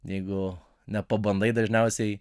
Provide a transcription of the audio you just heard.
jeigu nepabandai dažniausiai